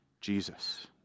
Jesus